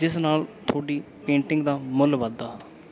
ਜਿਸ ਨਾਲ ਤੁਹਾਡੀ ਪੇਂਟਿੰਗ ਦਾ ਮੁੱਲ ਵੱਧਦਾ